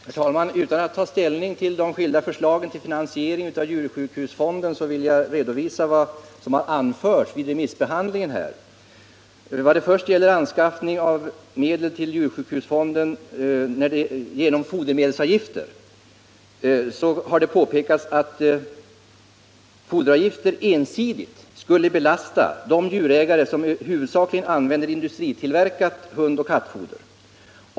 Herr talman! Utan att ta ställning till de skilda förslagen till en finansiering från djursjukhusfonden vill jag redovisa vad som har anförts vid remissbe När det gäller förslaget om anskaffning av medel till djursjukhusfonden Tisdagen den genom fodermedelsavgifter har det påpekats att foderavgifter ensidigt skulle —& mars 1979 belasta de djurägare som huvudsakligen använder industritillverkat hundoch kattfoder.